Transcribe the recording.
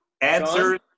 Answers